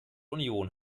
union